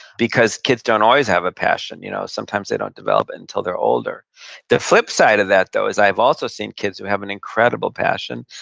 because kids don't always have a passion, you know? sometimes they don't develop it until they're older the flip side of that, though, is i've also seen kids who have an incredible passion,